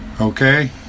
okay